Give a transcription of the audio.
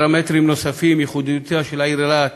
ופרמטרים נוספים, ייחודיותה של העיר אילת